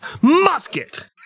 musket